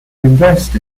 invest